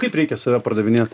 kaip reikia save pardavinėt